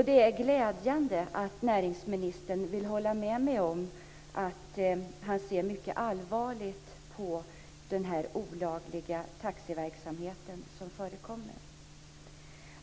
Det är glädjande att näringsministern liksom jag ser mycket allvarligt på den olagliga taxiverksamhet som förekommer.